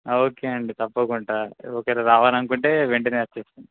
okay అండి తప్పకుండాా ఒకవేళ్ళ రావాలనుకుంటే వెంటనే వచ్చేస్తాం